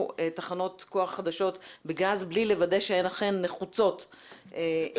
תחנות כוח חדשות בגז בלי לוודא שהן אכן נחוצות בישראל.